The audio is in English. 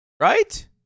Right